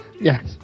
Yes